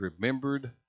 remembered